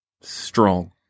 strong